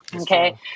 Okay